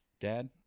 Dad